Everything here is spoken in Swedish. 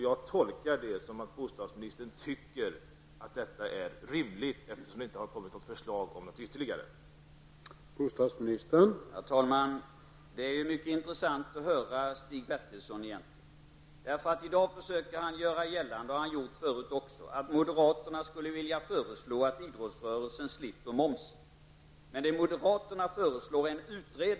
Jag tolkar det som att bostadsministern tycker att detta är rimligt, eftersom det inte har kommit något ytterligare förslag.